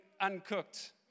uncooked